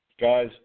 Guys